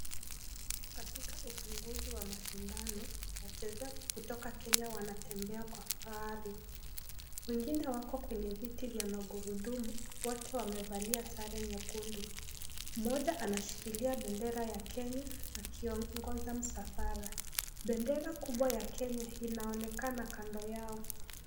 Katika ufunguzi wa mashindano wachezaji kutoka Kenya wanatembea kwa fahari. Wengine wako kwenye viti vya magurudumu wote wamevalia sare nyekundu, Mmoja anashikilia bendera ya Kenya akiongoza msafara. Bendera kubwa ya Kenya inaonekana kando yao.